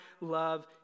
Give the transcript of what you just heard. love